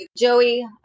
Joey